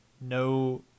No